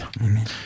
Amen